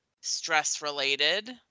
stress-related